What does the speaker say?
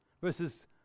Verses